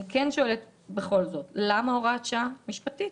אני מבקשת למה יש צורך בהוראת שעה (מבחינה משפטית),